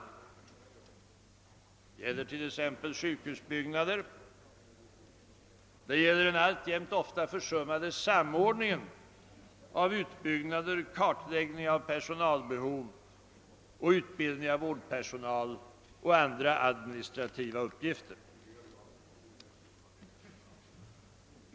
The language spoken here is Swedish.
Det gäller t.ex. sjukhusbyggnader, det gäller den alltjämt ofta försummade samordningen av utbyggnader, kartläggningen av personalbehov, utbildningen av vårdpersonal och andra administrativa uppgifter.